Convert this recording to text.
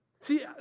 See